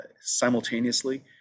simultaneously